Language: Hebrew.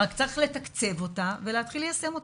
רק שצריך לתקצב אותה ולהתחיל ליישם אותה.